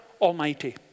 Almighty